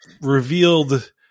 revealed